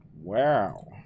Wow